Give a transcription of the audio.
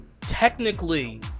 technically